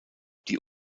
die